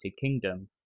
Kingdom